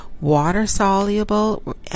water-soluble